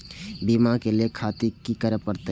बीमा लेके खातिर की करें परतें?